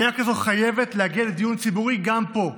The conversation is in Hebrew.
עלייה כזו חייבת להגיע לדיון ציבורי גם פה,